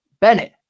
Bennett